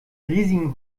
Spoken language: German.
riesigen